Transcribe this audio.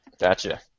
Gotcha